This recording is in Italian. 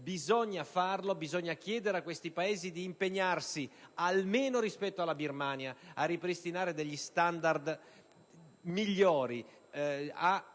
Bisogna farlo, bisogna chiedere a questi Paesi di impegnarsi, almeno rispetto alla Birmania, per ripristinare degli standard di vita